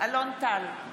אלון טל,